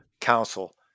Council